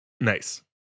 Nice